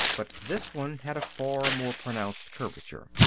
but this one had a far more pronounced curvature.